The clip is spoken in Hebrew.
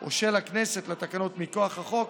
או של הכנסת לתקנות מכוח החוק,